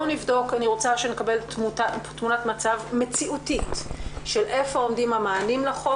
אני רוצה שנקבל תמונת מצב מציאותית של איפה עומדים המענים לחוק.